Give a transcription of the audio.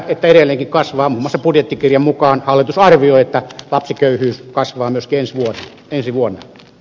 muun muassa budjettikirjan mukaan hallitus arvioi että lapsiköyhyys kasvaa myös ensi vuonna